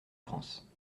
france